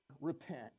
repent